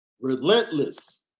Relentless